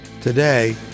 Today